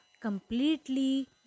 completely